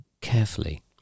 carefully